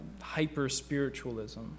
hyper-spiritualism